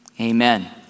Amen